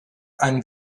einen